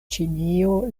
ĉinio